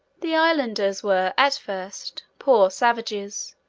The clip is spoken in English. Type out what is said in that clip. the islanders were, at first, poor savages,